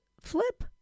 flip